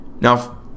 Now